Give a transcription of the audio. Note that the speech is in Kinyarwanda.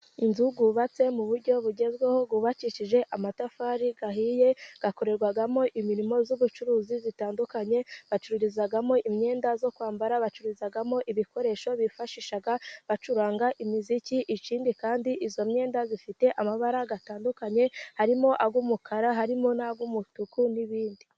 Inzu zubatse mu buryo bugezweho bubakishijeje amatafari ahiye, akorerwamo imirimo y'ubucuruzi itandukanye. Bacururizamo imyenda yo kwambara, bacururizamo ibikoresho bifashisha bacuranga imiziki. Ikindi kandi iyo myenda ifite amabara atandukanye harimo ay'umukara harimo nay'umutuku n'ibindi.